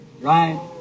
Right